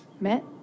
Met